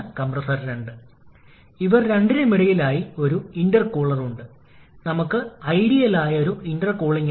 അതിനാൽ നിങ്ങൾ ആദ്യം എല്ലാ പോയിന്റുകളിലും താപനില കണക്കാക്കണം